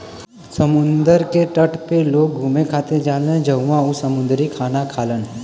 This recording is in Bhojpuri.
समुंदर के तट पे लोग घुमे खातिर जालान जहवाँ उ समुंदरी खाना खालन